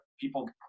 people